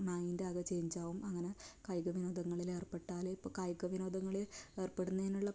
mind ആകെ change ആവും അങ്ങനെ കായികവിനോദങ്ങളിൽ ഏർപ്പെട്ടാൽ ഇപ്പം കായികവിനോദങ്ങളിൽ ഏർപ്പെടുന്നതിനുള്ള